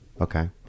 Okay